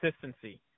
consistency